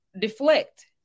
deflect